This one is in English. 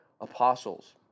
apostles